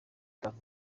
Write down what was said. tuff